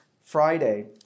Friday